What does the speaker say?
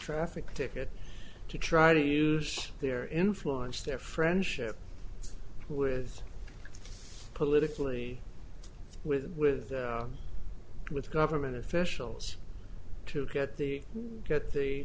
traffic ticket to try to use their influence their friendship with politically with with with government officials to get the get the